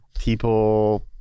people